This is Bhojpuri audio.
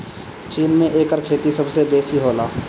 चीन में एकर खेती सबसे बेसी होला